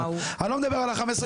ב-2009